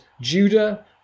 judah